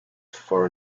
for